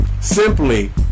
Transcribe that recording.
Simply